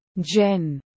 Jen